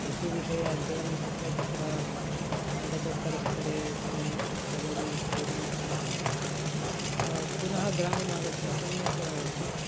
कृषिविषये अध्ययनङ्कृत्वा तत्र स्नातकोत्तरस्तरे सर्वं पदवी इत्यादिकं प्राप्य पुनः ग्रामम् आगत्य सम्यक्